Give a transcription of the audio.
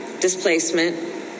displacement